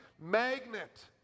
magnet